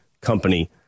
company